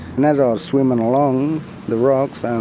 and as i was swimming along the rocks and